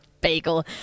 bagel